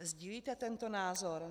Sdílíte tento názor?